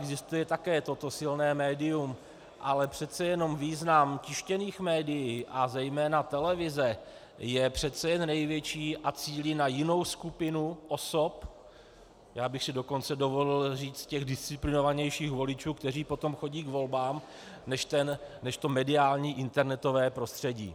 Existuje také toto silné médium, ale přece jenom význam tištěných médií a zejména televize je přece jen největší a cílí na jinou skupinu osob, já bych si dokonce dovolil říct těch disciplinovanějších voličů, kteří potom chodí k volbám, než to mediální internetové prostředí.